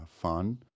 Fun